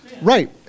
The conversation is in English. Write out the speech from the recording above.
Right